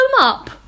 up